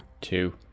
Two